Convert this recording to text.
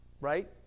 right